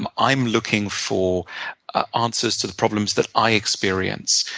i'm i'm looking for answers to the problems that i experience.